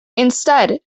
instead